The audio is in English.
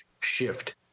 shift